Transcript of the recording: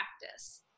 practice